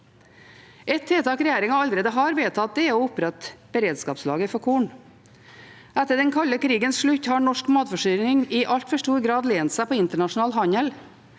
Et tiltak regjeringen allerede har vedtatt, er å opprette beredskapslager for korn. Etter den kalde krigens slutt har norsk matforsyning i altfor stor grad støttet seg til internasjonal handel.